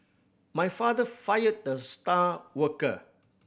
my father fired the star worker